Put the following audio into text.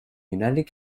united